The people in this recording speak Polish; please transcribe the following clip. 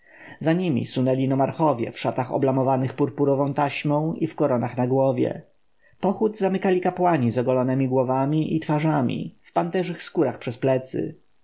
za nimi sunęli nomarchowie w szatach oblamowanych purpurową taśmą i w koronach na głowie pochód zamykali kapłani z ogolonemi głowami i twarzami w panterczych skórach przez plecy